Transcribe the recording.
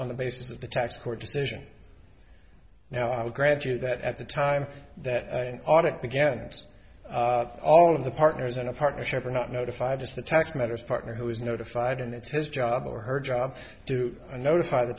on the basis of the tax court decision now i will grant you that at the time that an audit begins all of the partners in a partnership are not notified just the tax matters partner who is notified and it's his job or her job do i notify the